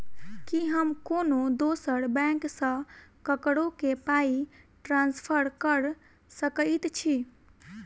की हम कोनो दोसर बैंक सँ ककरो केँ पाई ट्रांसफर कर सकइत छि?